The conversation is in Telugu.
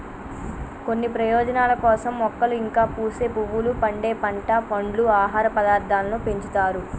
కొన్ని ప్రయోజనాల కోసం మొక్కలు ఇంకా పూసే పువ్వులు, పండే పంట, పండ్లు, ఆహార పదార్థాలను పెంచుతారు